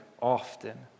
often